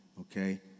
Okay